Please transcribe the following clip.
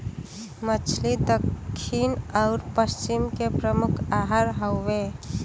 मछली दक्खिन आउर पश्चिम के प्रमुख आहार हउवे